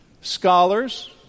scholars